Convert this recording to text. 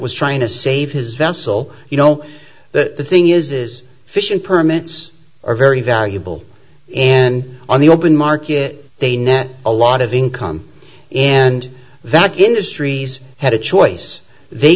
was trying to save his vessel you know the thing is is fishing permits are very valuable and on the open market they net a lot of income and that industries had a choice they